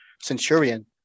Centurion